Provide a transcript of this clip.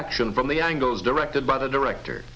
action from the angles directed by the director